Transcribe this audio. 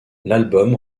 l’album